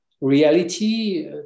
reality